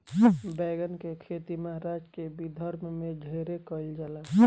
बैगन के खेती महाराष्ट्र के विदर्भ में ढेरे कईल जाला